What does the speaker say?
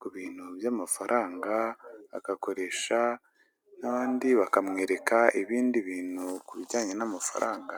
ku bintu by'amafaranga agakoresha n'abandi bakamwereka ibindi bintu ku bijyanye n'amafaranga.